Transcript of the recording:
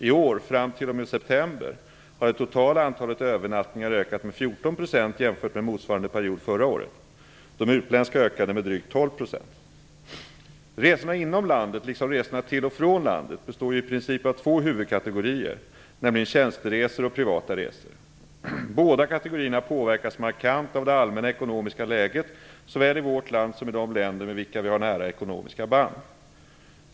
I år, fram t.o.m. september, har det totala antalet övernattningar ökat med 14 % jämfört med motsvarande period förra året. De utländska ökade med drygt Resorna inom landet liksom resorna till och från landet består ju i princip av två huvudkategorier, nämligen tjänsteresor och privata resor. Båda kategorierna påverkas markant av det allmänna ekonomiska läget såväl i vårt land som i de länder med vilka vi har nära ekonomiska band.